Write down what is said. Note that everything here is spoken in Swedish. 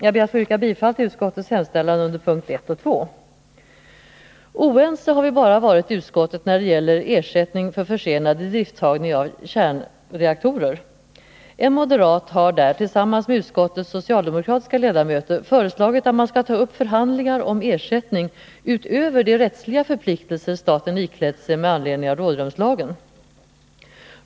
Jag ber att få yrka bifall till utskottets hemställan under moment E 1 och ER Oense har vi varit i utskottet bara när det gäller ersättning för försenad idrifttagning av kärnreaktorer. En moderat har där tillsammans med utskottets socialdemokratiska ledamöter föreslagit att man skall ta upp förhandlingar om ersättning utöver de rättsliga förpliktelser staten iklätt sig med anledning av rådrumslagen.